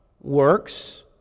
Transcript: works